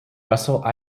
russell